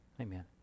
Amen